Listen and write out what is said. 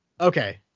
okay